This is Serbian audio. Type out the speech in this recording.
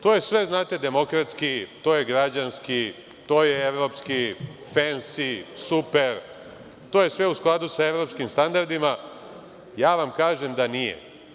To je sve, znate, demokratski, to je građanski, to je evropski, fensi, super, to je sve u skladu sa evropskim standardima, ja vam kažem da nije.